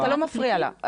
אתה לא מפריע לה,